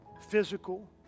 physical